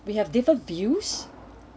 we have different views